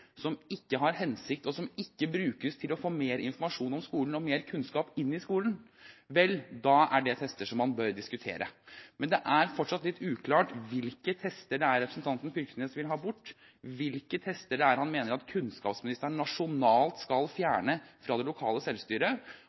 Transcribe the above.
som ikke har hensikt, og som ikke brukes til å få mer informasjon om skolen og mer kunnskap inn i skolen, er det tester som man bør diskutere. Men det er fortsatt litt uklart hvilke tester det er representanten Knag Fylkesnes vil ha bort, og hvilke tester det er han mener at kunnskapsministeren nasjonalt skal fjerne fra det lokale selvstyret.